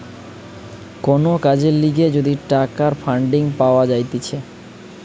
কোন কাজের লিগে যদি টাকার ফান্ডিং পাওয়া যাইতেছে